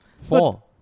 Four